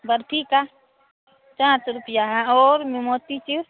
बर्फ़ी का चार सौ रुपया और मोतीचूर का